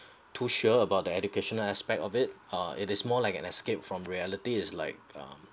too sure about the education aspect of it uh it is more like an escape from reality is like um